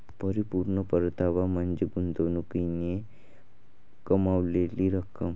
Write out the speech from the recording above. परिपूर्ण परतावा म्हणजे गुंतवणुकीने कमावलेली रक्कम